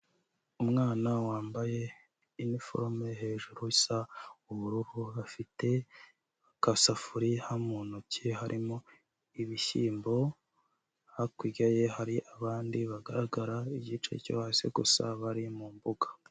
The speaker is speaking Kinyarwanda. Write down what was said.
Umwana wambaye iniforome hejuru isa ubururu, afite, agasafuriya mu ntoki harimo ibishyimbo, hakurya ye hari abandi bagaragara igice cyo hasi gusa bari mu mbuga.